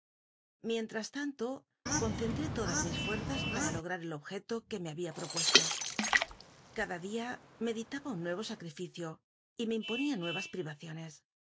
iientras tanto concentré todas mis fuerzas para lograr el objeto que me habia propuesto cada dia meditaba un nuc o sac rificio y me imponia nuevas pri